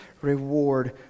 reward